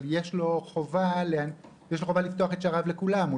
אבל יש לו חובה לפתוח את שעריו לכולם.